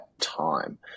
time